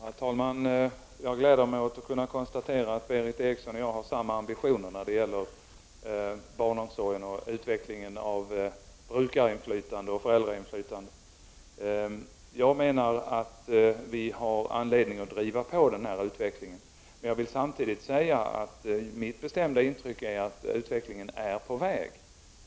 Herr talman! Jag gläder mig åt att kunna konstatera att Berith Eriksson och jag har samma ambitioner när det gäller barnomsorgen och utvecklingen av brukarinflytandet och föräldrainflytandet. Jag menar att vi har anledning att driva på den utvecklingen. Jag vill samtidigt säga att mitt bestämda intryck är att utvecklingen är på gång.